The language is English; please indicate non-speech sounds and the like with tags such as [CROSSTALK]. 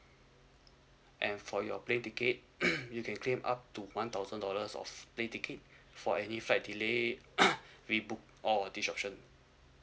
and for your plane ticket [COUGHS] you can claim up to one thousand dollars of plane ticket for any flight delay [COUGHS] rebook or disruption